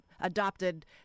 adopted